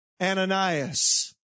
Ananias